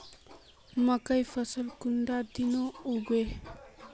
मकई फसल कुंडा दिनोत उगैहे?